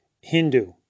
Hindu